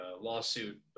lawsuit